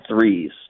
threes